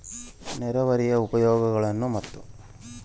ನೇರಾವರಿಯ ಉಪಯೋಗಗಳನ್ನು ಮತ್ತು?